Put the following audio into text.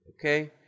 okay